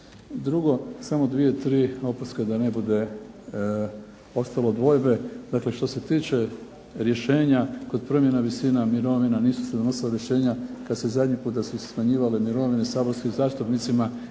Drugo, samo dvije, tri opaske da ne bude ostalo dvojbe. Dakle, što se tiče rješenja kod promjena visina mirovina nisu se donosila rješenja. Kada su se zadnji puta smanjivale mirovine saborskim zastupnicima nisu